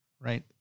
right